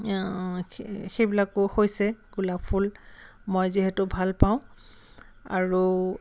সে সেইবিলাকো হৈছে গোলাপ ফুল মই যিহেতু ভাল পাওঁ আৰু